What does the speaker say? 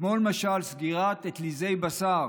כמו למשל סגירת אטליזי בשר